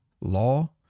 law